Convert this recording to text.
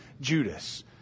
Judas